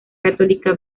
católica